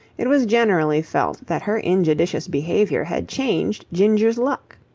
it was generally felt that her injudicious behaviour had changed ginger's luck.